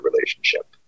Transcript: relationship